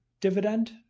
dividend